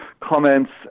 comments